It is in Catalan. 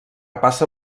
passa